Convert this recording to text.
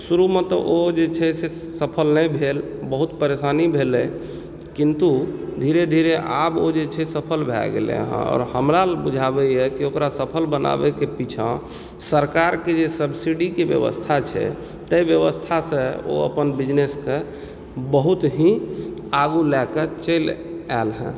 शुरू मे तऽ ओ जे छै से सफल नहि भेल बहुत परेशानी भेलय किन्तु धीरे धीरे आबऽ ओ जे छै से सफल भए गेलय है आओर हमरा बुझाबयए कि ओकरा सफल बनाबयके पीछाँ सरकारके जे सब्सिडीके व्यवस्था छै ताहि व्यवस्थासँ ओ अपन बिजनेसके बहुत ही आगू लयके चलि आइलि हँ